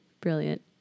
Brilliant